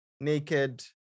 naked